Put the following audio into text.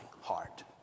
heart